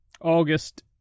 August